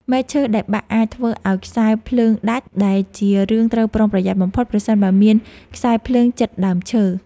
មែកឈើដែលបាក់អាចធ្វើឱ្យខ្សែភ្លើងដាច់ ដែលជារឿងត្រូវប្រុងប្រយ័ត្នបំផុតប្រសិនបើមានខ្សែភ្លើងជិតដើមឈើ។